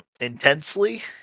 intensely